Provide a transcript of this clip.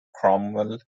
cromwell